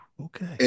okay